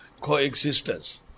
coexistence